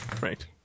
right